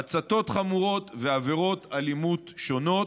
הצתות חמורות ועבירות אלימות שונות.